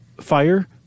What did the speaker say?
fire